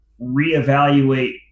reevaluate